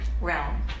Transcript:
realm